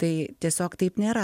tai tiesiog taip nėra